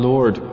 Lord